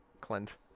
Clint